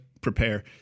prepare